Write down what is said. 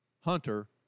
Hunter